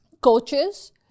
coaches